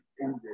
ended